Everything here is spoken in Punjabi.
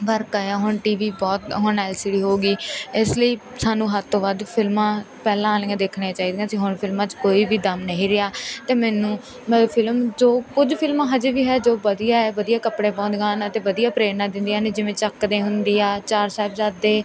ਫ਼ਰਕ ਆਇਆ ਹੁਣ ਟੀ ਵੀ ਬਹੁਤ ਹੁਣ ਐਲ ਸੀ ਡੀ ਹੋ ਗਈ ਇਸ ਲਈ ਸਾਨੂੰ ਹੱਦ ਤੋਂ ਵੱਧ ਫਿਲਮਾਂ ਪਹਿਲਾਂ ਵਾਲੀਆਂ ਦੇਖਣੀਆਂ ਚਾਹੀਦੀਆਂ ਸੀ ਹੁਣ ਫਿਲਮਾਂ 'ਚ ਕੋਈ ਵੀ ਦਮ ਨਹੀਂ ਰਿਹਾ ਅਤੇ ਮੈਨੂੰ ਮੈਂ ਫਿਲਮ ਜੋ ਕੁਝ ਫਿਲਮ ਹਜੇ ਵੀ ਹੈ ਜੋ ਵਧੀਆ ਹੈ ਵਧੀਆ ਕੱਪੜੇ ਪਾਉਂਦੀਆਂ ਹਨ ਅਤੇ ਵਧੀਆ ਪ੍ਰੇਰਨਾ ਦਿੰਦੀਆਂ ਨੇ ਜਿਵੇਂ ਚੱਕਦੇ ਇੰਡੀਆ ਚਾਰ ਸਾਹਿਬਜ਼ਾਦੇ